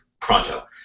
pronto